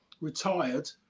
retired